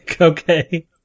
Okay